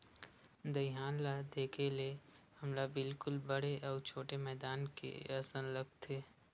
दईहान ल देखे ले हमला बिल्कुल बड़े अउ छोटे मैदान के असन लगथे